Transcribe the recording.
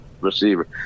receiver